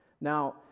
Now